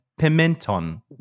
pimenton